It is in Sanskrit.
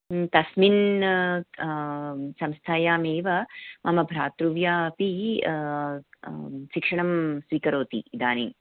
तस्मिन् संस्थायामेव मम भ्रातृव्या अपि शिक्षणं स्वीकरोति इदानीं